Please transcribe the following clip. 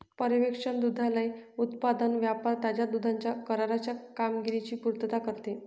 पर्यवेक्षण दुग्धालय उत्पादन व्यापार ताज्या दुधाच्या कराराच्या कामगिरीची पुर्तता करते